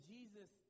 Jesus